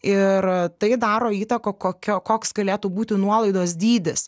ir tai daro įtaką kokio koks galėtų būti nuolaidos dydis